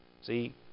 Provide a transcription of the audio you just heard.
See